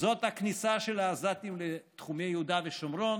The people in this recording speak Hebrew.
זאת הכניסה של העזתים לתחומי יהודה ושומרון